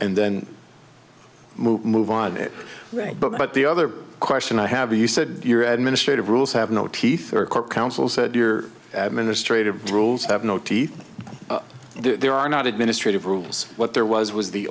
and then move move on it right but the other question i have you said you're administrate of rules have no teeth council said you're administratively rules have no teeth there are not administrative rules what there was was the